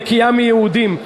נקייה מיהודים,